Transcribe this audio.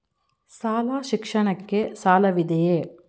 ಶಾಲಾ ಶಿಕ್ಷಣಕ್ಕೆ ಸಾಲವಿದೆಯೇ?